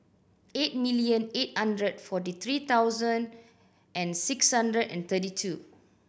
eight million eight hundred forty three thousand and six hundred and thirty two